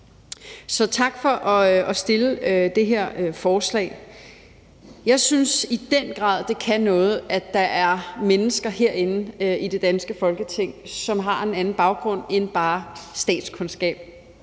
Så tak for at fremsætte det her forslag. Jeg synes i den grad, at det kan noget, at der er mennesker herinde i det danske Folketing, som har en anden baggrund en bare statskundskab.